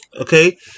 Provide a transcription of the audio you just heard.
Okay